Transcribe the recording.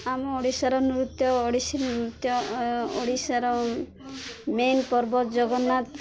ଆମ ଓଡ଼ିଶାର ନୃତ୍ୟ ଓଡ଼ିଶୀ ନୃତ୍ୟ ଓଡ଼ିଶାର ମେନ୍ ପର୍ବ ଜଗନ୍ନାଥ